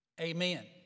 Amen